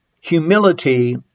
humility